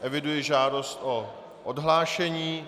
Eviduji žádost o odhlášení.